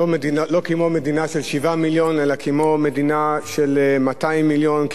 לא כמו מדינה של 7 מיליון אלא כמו מדינה של 200 מיליון,